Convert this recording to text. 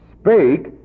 spake